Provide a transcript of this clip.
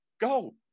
go